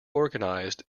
organized